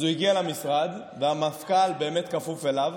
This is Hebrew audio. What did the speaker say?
אז הוא הגיע למשרד והמפכ"ל באמת כפוף אליו